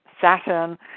Saturn